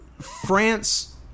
France